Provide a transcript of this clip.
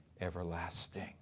everlasting